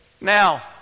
Now